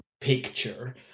picture